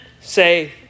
say